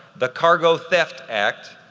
the cargo theft act,